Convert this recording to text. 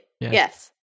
yes